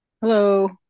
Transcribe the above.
Hello